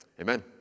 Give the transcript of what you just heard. amen